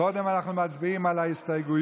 קודם אנחנו מצביעים על ההסתייגויות.